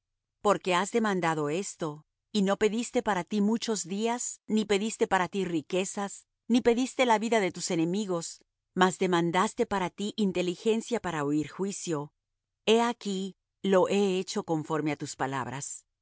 porque has demandado esto y no pediste para ti muchos días ni pediste para ti riquezas ni pediste la vida de tus enemigos mas demandaste para ti inteligencia para oir juicio he aquí lo he hecho conforme á tus palabras he